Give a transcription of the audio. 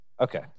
Okay